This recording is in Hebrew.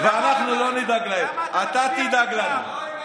אנחנו לא נדאג להם, אתה תדאג להם.